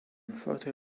photo